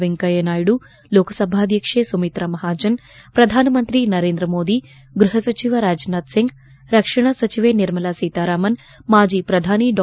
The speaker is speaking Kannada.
ವೆಂಕಯ್ನ ನಾಯ್ನು ಲೋಕಸಬಾಧ್ಯಕ್ಷೆ ಸುಮಿತಾ ಮಹಾಜನ್ ಪ್ರಧಾನಮಂತ್ರಿ ನರೇಂದ್ರ ಮೋದಿ ಗ್ವಪ ಸಚಿವ ರಾಜನಾಥ್ ಸಿಂಗ್ ರಕ್ಷಣಾ ಸಚಿವೆ ನಿರ್ಮಲಾ ಸೀತಾರಾಮನ್ ಮಾಜಿ ಪ್ರಧಾನಿ ಡಾ